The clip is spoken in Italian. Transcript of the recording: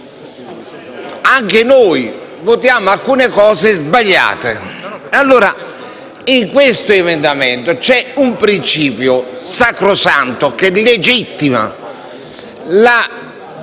Anche noi votiamo alcune cose sbagliate. In questo emendamento c'è un principio sacrosanto che legittima la